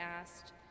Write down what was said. asked